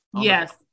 yes